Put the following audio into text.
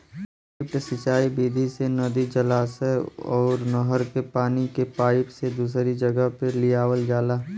lift सिंचाई विधि से नदी, जलाशय अउर नहर के पानी के पाईप से दूसरी जगह पे लियावल जाला